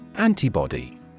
Antibody